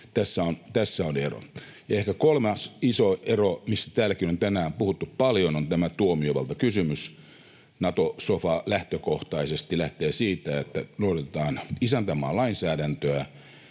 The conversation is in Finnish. Tässä on ero. Ehkä kolmas iso ero, mistä täälläkin on tänään puhuttu paljon, on tämä tuomiovaltakysymys. Nato-sofa lähtökohtaisesti lähtee siitä, että noudatetaan isäntämaan lainsäädäntöä,